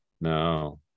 No